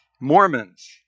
Mormons